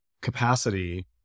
capacity